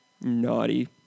naughty